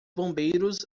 bombeiros